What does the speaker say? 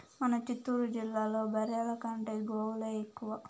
మన చిత్తూరు జిల్లాలో బర్రెల కంటే గోవులే ఎక్కువ